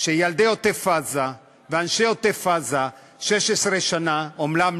שילדי עוטף-עזה ואנשי עוטף-עזה 16 שנה אומנם